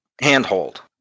handhold